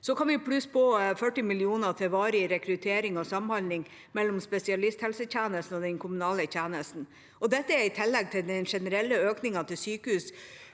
Så kan vi plusse på 40 mill. kr til varig rekruttering og samhandling mellom spesialisthelsetjenesten og den kommunale tjenesten. Dette kommer i tillegg til den generelle økningen til sykehus